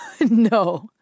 No